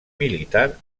militar